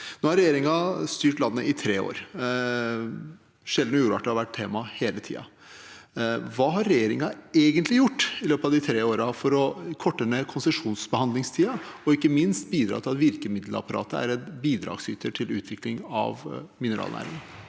Nå har regjeringen styrt landet i tre år. Sjeldne jordarter har vært et tema hele tiden. Hva har regjeringen egentlig gjort i løpet av de tre årene for å korte ned konsesjonsbehandlingstiden, og ikke minst for å bidra til at virkemiddelapparatet er en bidragsyter til utvikling av mineralnæringen?